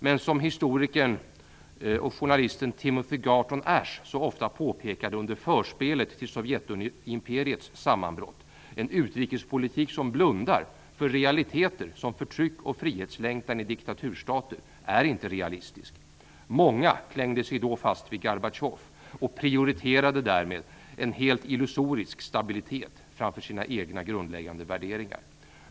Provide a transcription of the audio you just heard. Men som historikern och journalisten Timothy Garton Ash så ofta påpekade under förspelet till Sovjetimperiets sammanbrott är en utrikespolitik som blundar för realiteter som förtryck och frihetslängtan i diktaturstater inte realistisk. Många klängde sig då fast vid Gorbatjov och prioriterade därmed en helt illusorisk stabilitet framför sina egna grundläggande värderingar.